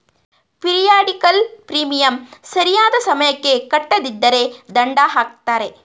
periodical premium ಸರಿಯಾದ ಸಮಯಕ್ಕೆ ಕಟ್ಟದಿದ್ದರೆ ದಂಡ ಹಾಕ್ತರೆ